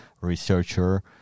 researcher